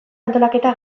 antolaketa